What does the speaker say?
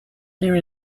there